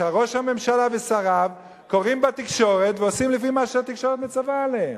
שראש הממשלה ושריו קוראים בתקשורת ועושים לפי מה שהתקשורת מצווה עליהם.